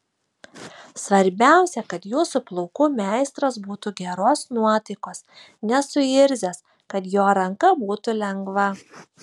svarbiausia kad jūsų plaukų meistras būtų geros nuotaikos nesuirzęs kad jo ranka būtų lengva